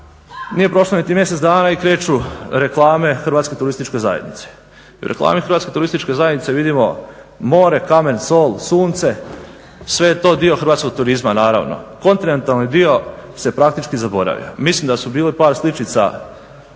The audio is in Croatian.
nije prošlo niti mjesec dana i kreću reklame Hrvatske turističke zajednice. U reklami Hrvatske turističke zajednice vidimo more, kamen, sol, sunce, sve je to dio hrvatskog turizma naravno kontinentalni dio se praktički zaboravio. Mislim da su bile par sličica ako se